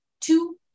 two